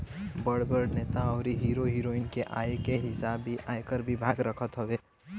बड़ बड़ नेता अउरी हीरो हिरोइन के आय के हिसाब भी आयकर विभाग रखत हवे